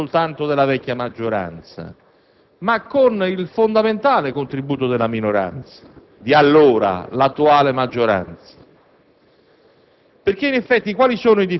col contributo non soltanto della vecchia maggioranza, ma anche con il fondamentale contribuito della minoranza di allora, l'attuale maggioranza.